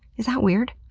is that weird?